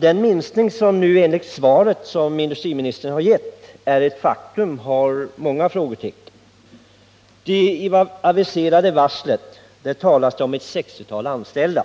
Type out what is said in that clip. Den minskning som nu, enligt det svar som industriministern har givit, är ett faktum omges av många frågetecken. I det aviserade varslet talas det om ett 60-tal anställda.